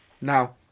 Now